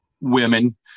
women